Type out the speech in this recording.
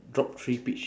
drop three peach